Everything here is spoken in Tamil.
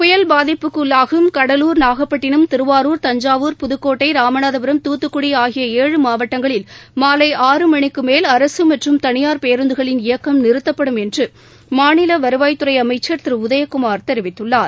புயல் பாதிப்புக்கு உள்ளாகும் கடலூர் நாகப்பட்டினம் திருவாரூர் தஞ்சாவூர் புதுக்கோட்டை ராமநாதபுரம் துத்துக்குடி ஆகிய ஏழு மாவட்டங்களில் மாலை ஆறு மணிக்கு மேல் அரசு மற்றும் தனியார் பேருந்துகளின் இயக்கம் நிறுத்தப்படும் என்று மாநில வருவாய்த்துறை அமைச்சா் திரு உதயகுமாா் தெரிவித்துள்ளார்